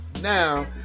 now